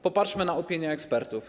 Popatrzmy na opinie ekspertów.